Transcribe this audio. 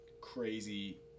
crazy